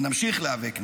ונמשיך להיאבק נגדה.